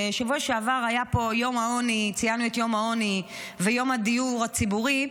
בשבוע שעבר ציינו את יום העוני ויום הדיור הציבורי,